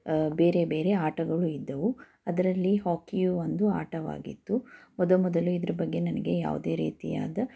ಬೇರೆ ಬೇರೆ ಆಟಗಳು ಇದ್ದವು ಅದರಲ್ಲಿ ಹಾಕಿಯೂ ಒಂದು ಆಟವಾಗಿತ್ತು ಮೊದಮೊದಲು ಇದರ ಬಗ್ಗೆ ನನಗೆ ಯಾವುದೇ ರೀತಿಯಾದ